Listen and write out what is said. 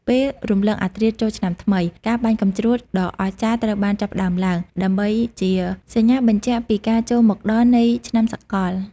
ពេលរំលងអធ្រាត្រចូលឆ្នាំថ្មី ការបាញ់កាំជ្រួចដ៏អស្ចារ្យត្រូវបានចាប់ផ្ដើមឡើង ដើម្បីជាសញ្ញាបញ្ជាក់ពីការចូលមកដល់នៃឆ្នាំសកល។